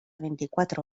veinticuatro